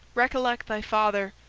recollect thy father!